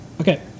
Okay